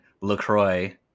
LaCroix